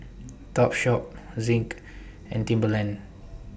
Topshop Zinc and Timberland